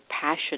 passion